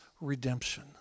redemption